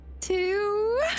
Two